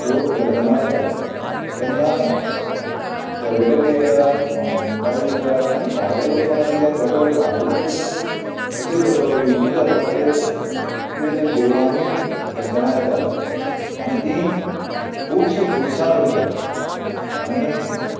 लोक दर्शना येतात तेन्ना पर्यटक येता गोंयकारय येता आनी भायले लोक म्हण किदें थोडे थोडे भायले लोक सुद्दां अशे हिंदू धर्माचेर देवळांनी दर्शना येतात आनी ती खुबशी खूश जीवून वयतात आणी